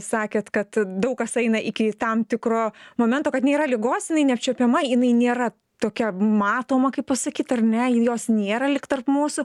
sakėt kad daug kas eina iki tam tikro momento kad nėra ligos jinai neapčiuopiama jinai nėra tokia matoma kaip pasakyt ar ne ir jos nėra lyg tarp mūsų